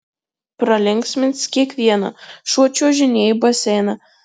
pralinksmins kiekvieną šuo čiuožinėja į baseiną